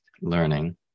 learning